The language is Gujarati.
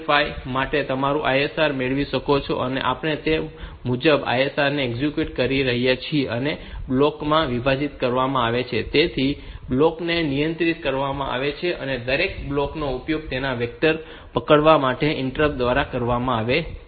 5 માટે તમારું ISR મેળવી શકો છો અને આપણે તે મુજબ ત્યાં ISR ને એક્ઝિક્યુટ કરી શકીએ છીએ અને તેને બ્લોક્સ માં વિભાજિત કરવામાં આવે છે અને દરેક બ્લોકને નિયંત્રિત કરવામાં આવે છે અને દરેક બ્લોકનો ઉપયોગ તેના વેક્ટરને પકડવા માટેના ઇન્ટરપ્ટ્સ દ્વારા કરવામાં આવે છે